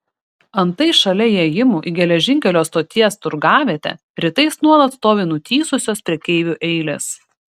antai šalia įėjimų į geležinkelio stoties turgavietę rytais nuolat stovi nutįsusios prekeivių eilės